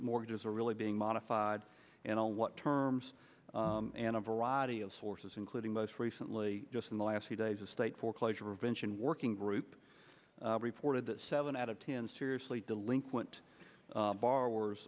mortgages are really being modified and on what terms and a variety of sources including most recently just in the last few days of state foreclosure revenge and working group reported that seven out of ten seriously delinquent